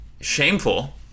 shameful